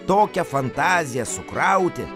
tokią fantaziją sukrauti